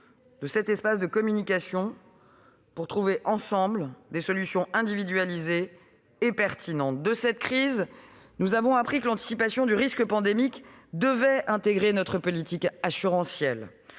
d'un tel espace de communication pour trouver ensemble des solutions individualisées et pertinentes. De cette crise, nous avons appris que l'anticipation du risque pandémique devait intégrer notre politique assurantielle.